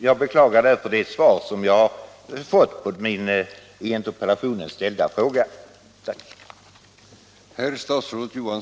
Jag beklagar därför det svar som jag fått på den i min interpellation ställda frågan.